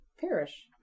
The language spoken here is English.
perish